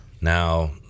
Now